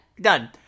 done